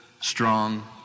strong